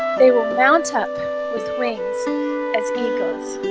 they will mount up with wings as eagles